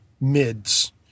mids